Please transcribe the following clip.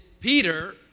Peter